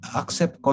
accept